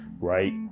right